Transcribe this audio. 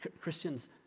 Christians